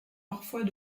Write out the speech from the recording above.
parfois